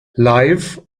live